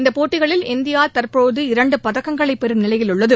இந்த போட்டிகளில் இந்தியா தற்போது இரண்டு பதக்கங்களை பெறும் நிலையில் உள்ளது